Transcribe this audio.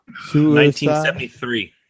1973